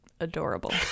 Adorable